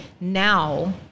now